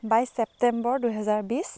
বাইছ ছেপ্টেম্বৰ দুহেজাৰ বিছ